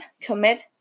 commit